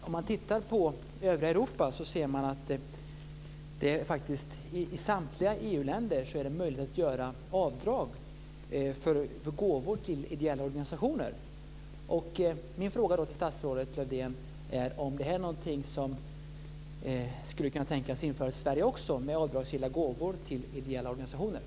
Om man tittar på övriga Europa ser man att det i samtliga EU-länder är möjligt att göra avdrag för gåvor till ideella organisationer. Min fråga till statsrådet Lövdén är om avdragsgilla gåvor till ideella organisationer är någonting som skulle kunna införas i Sverige också.